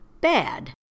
bad